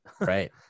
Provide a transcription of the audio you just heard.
Right